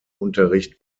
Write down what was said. unterricht